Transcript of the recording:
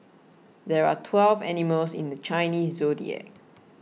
there are twelve animals in the Chinese zodiac